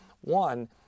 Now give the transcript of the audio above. one